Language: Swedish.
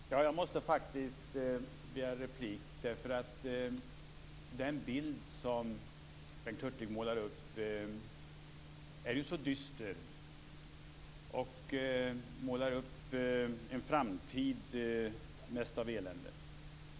Herr talman! Jag måste faktiskt begära replik, eftersom den bild som Bengt Hurtig målar upp är så dyster. Han målar upp en framtid mest av elände.